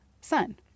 sun